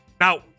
Now